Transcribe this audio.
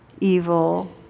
evil